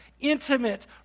intimate